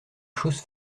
chose